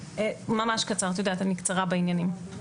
ממש קצר, את יודעת שאני קצרה בעניינים.